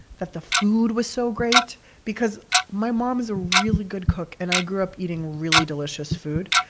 that the food was so great because my mom is a really good cook, and i grew up eating really delicious food.